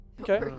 Okay